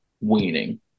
weaning